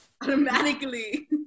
Automatically